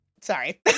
sorry